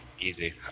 Easy